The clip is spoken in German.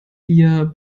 wir